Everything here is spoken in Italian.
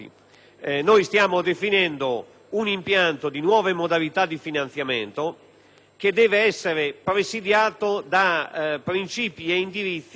che deve essere presidiato da principi e indirizzi tali da consentire che si dia effettivamente e concretamente attuazione